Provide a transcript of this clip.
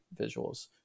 visuals